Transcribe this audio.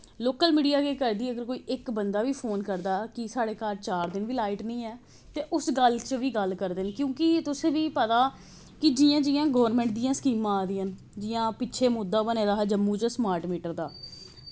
local media केह् करदी अगर कोई इक बंदा बी फोन करदा कि साढ़े घर चार दिन दी लाइट निं ऐ ते उस गल्ल च बी गल्ल करदे न क्योंकि तुसें गी पता कि जि'यां जि'यां गौरमैंट दि'यां स्कीमां आदियां न जि'यां पिच्छें मुद्दा बने दा हा जम्मू च स्मार्ट मीटर दा